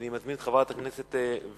אני מזמין את חברת הכנסת וילף